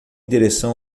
direção